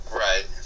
right